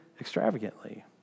extravagantly